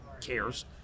cares